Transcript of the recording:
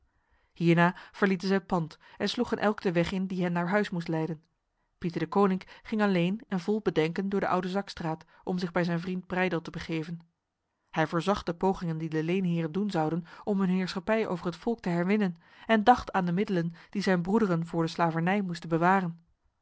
hierna verlieten zij het pand en sloegen elk de weg in die hen naar huis moest leiden pieter deconinck ging alleen en vol bedenken door de oudezakstraat om zich bij zijn vriend breydel te begeven hij voorzag de pogingen die de leenheren doen zouden om hun heerschappij over het volk te herwinnen en dacht aan de middelen die zijn broederen voor de slavernij moesten bewaren